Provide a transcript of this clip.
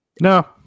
No